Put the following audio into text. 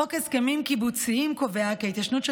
חוק הסכמים קיבוציים קובע כי ההתיישנות של